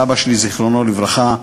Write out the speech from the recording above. סבא שלי, זיכרונו לברכה,